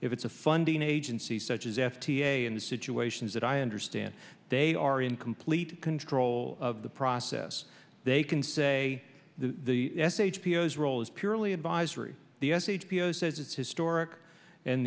if it's a funding agency such as f t a and the situations that i understand they are in complete control of the process they can say the sh pos role is purely advisory the s h b o says it's historic and